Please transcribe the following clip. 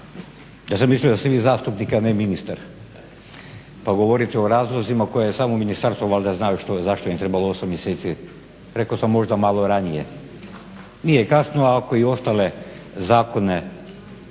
ja sam mislio da ste vi zastupnik a ne ministar pa govorite o razlozima koje samo ministarstvo valjda znalo zašto im je trebalo 8 mjeseci, rekao sam možda malo ranije. Nije kasno ako i ostale zakone